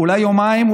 אולי יומיים,